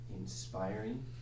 inspiring